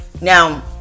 Now